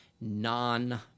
non